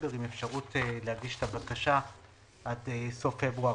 לנובמבר-דצמבר עם אפשרות להגיש את הבקשה עד סוף פברואר